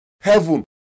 heaven